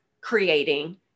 creating